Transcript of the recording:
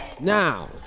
Now